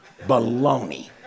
baloney